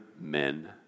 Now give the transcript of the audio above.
men